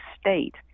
state